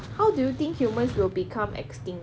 how do you think humans will become extinct